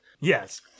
Yes